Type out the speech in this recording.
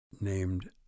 named